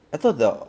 I thought the